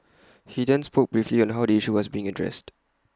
he then spoke briefly on how the issue was being addressed